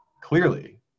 clearly